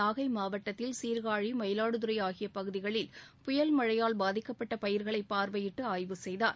நாகை மாவட்டத்தில் சீர்காழி மயிலாடுதுரை ஆகிய பகுதிகளில் சமீபத்திய புயல் மழையால் பாதிக்கப்பட்ட பயிர்களை பார்வையிட்டு ஆய்வு செய்தார்